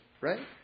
Right